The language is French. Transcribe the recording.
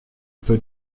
peu